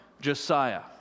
Josiah